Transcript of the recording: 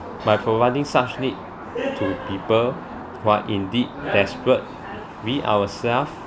by providing such need to people who are indeed desperate we ourself